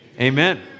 amen